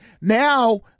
now